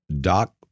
Doc